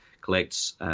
collects